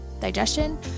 digestion